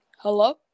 Hello